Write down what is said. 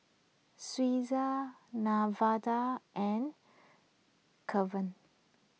Suzie Nevada and Kevon